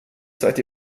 seid